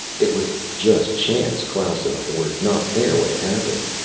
it was just chance klaus and i were not there when it happened.